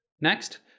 Next